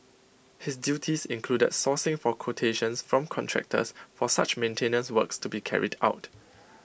his duties included sourcing for quotations from contractors for such maintenance works to be carried out